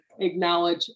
acknowledge